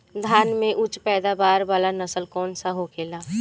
धान में उच्च पैदावार वाला नस्ल कौन सा होखेला?